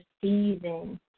season